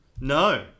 No